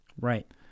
Right